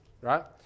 right